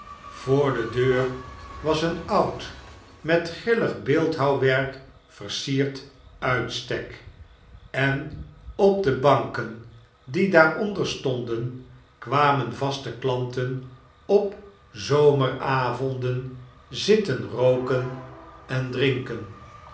voor dedeur was een oud met grillig beeldhouwwerk versierd mtstek en op de barken die daaronder stonden kwatnen vaste klanten op zomeravonden zitten rooken en dnnken